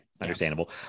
Understandable